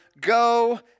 go